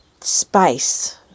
space